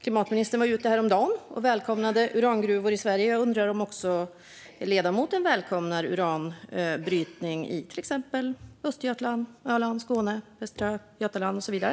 Klimatministern välkomnade häromdagen urangruvor i Sverige, och jag undrar om också ledamoten välkomnar uranbrytning till exempel i Östergötland, på Öland, i Skåne, i västra Götaland och så vidare.